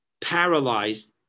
paralyzed